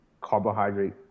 carbohydrate